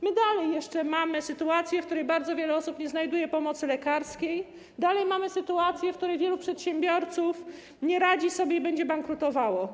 My nadal jeszcze mamy sytuację, w której bardzo wiele osób nie znajduje pomocy lekarskiej, sytuację, w której wielu przedsiębiorców nie radzi sobie i będzie bankrutowało.